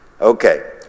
Okay